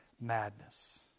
madness